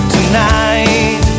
Tonight